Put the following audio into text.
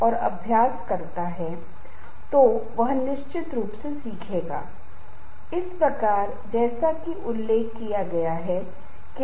तो चुनाव आपका है और मुझे लगता है कि अपनी खुद की तकनीकों को विकसित करने के साथ आप ध्यान और अन्य तकनीकों पर जाने के बजाय अपने तनाव को नियंत्रित कर सकते हैं